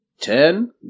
Ten